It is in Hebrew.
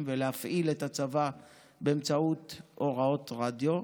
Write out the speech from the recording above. ולהפעיל את הצבא באמצעות הוראות רדיו.